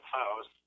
house